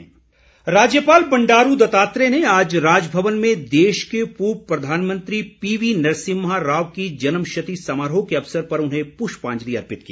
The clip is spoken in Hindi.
श्रद्वांजलि राज्यपाल बंडारू दत्तात्रेय ने आज राजभवन में देश के पूर्व प्रधानमंत्री पीवी नरसिम्हा राव की जन्मशती समारोह के अवसर पर उन्हें पुष्पांजलि अर्पित की